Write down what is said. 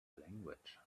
language